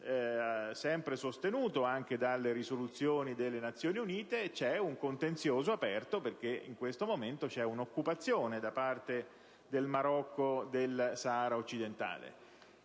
sempre sostenuto anche dalle risoluzioni delle Nazioni Unite; vi è un contenzioso aperto, perché in questo momento c'è un'occupazione da parte del Marocco del Sahara occidentale.